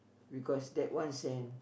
because that one cent